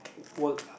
work hard